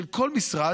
של כל משרד,